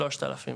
3,000,